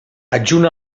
adjunt